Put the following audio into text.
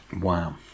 Wow